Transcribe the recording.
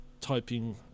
typing